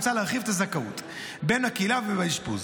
מוצע להרחיב את הזכאות בין בקהילה ובין באשפוז.